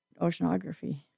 oceanography